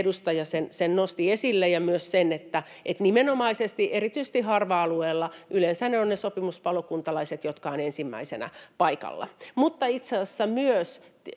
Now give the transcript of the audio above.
edustaja nosti sen esille — ja myös sen, että nimenomaisesti erityisesti harva-alueilla yleensä ne ovat ne sopimuspalokuntalaiset, jotka ovat ensimmäisinä paikalla. Mutta itse asiassa myös